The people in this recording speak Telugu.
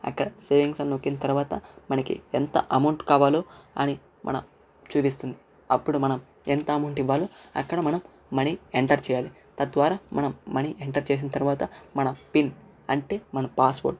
అక్కడ సేవింగ్స్ అని నొక్కిన తర్వాత మనకి ఎంత అమౌంట్ కావాలో అని మన చూపిస్తుంది అప్పుడు మనం ఎంత అమౌంట్ ఇవ్వాలి అక్కడ మనం మనీ ఎంటర్ చేయాలి తద్వారా మనం మనీ ఎంటర్ చేసిన తర్వాత మన పిన్ అంటే మన పాస్ వర్డ్